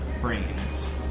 brains